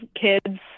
kids